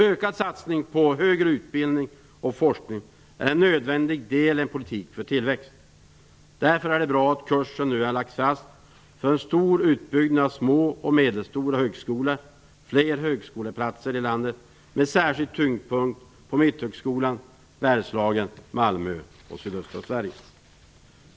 Ökad satsning på högre utbildning och forskning är en nödvändig del i en politik för tillväxt. Därför är det bra att kursen nu har lagts fast för en stor utbyggnad av små och medelstora högskolor för fler högskoleplatser i landet med särskild tyngdpunkt på Mitthögskolan, Bergslagen, Malmö och sydöstra Sverige.